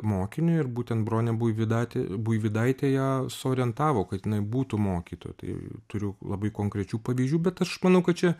mokine ir būtent bronė buivydatė buivydaitė ją suorientavo kad jinai būtų mokytoja tai turiu labai konkrečių pavyzdžių bet aš manau kad čia